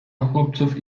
chłopców